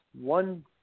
one